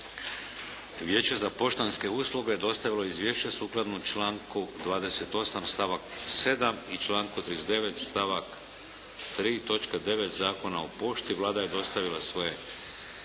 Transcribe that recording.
Vijeće za poštanske usluge dostavilo je izvješće sukladno članku 28. stavak 7. i članku 39. stavak 3. točka 9. Zakona o pošti. Vlada je dostavila svoje mišljenje.